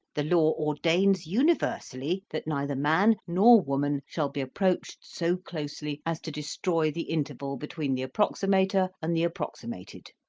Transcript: the law ordains universally that neither man nor woman shall be approached so closely as to destroy the interval between the approximator and the approximated.